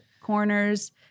corners